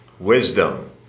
Wisdom